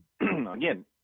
Again